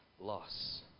loss